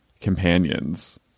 companions